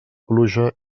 pluja